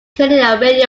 currently